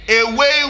Away